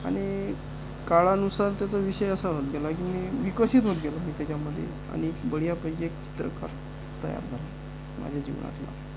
आणि काळानुसार त्याचा विषय असा होत गेला की मी विकसित होत गेलो त्याच्यामध्ये आणि बढियापैकी एक चित्रकार तयार झालो माझ्या जीवनातला